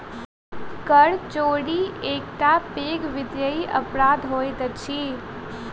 कर चोरी एकटा पैघ वित्तीय अपराध होइत अछि